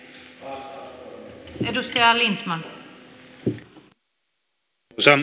arvoisa puhemies